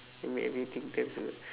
you make everything turn to